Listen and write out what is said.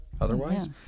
otherwise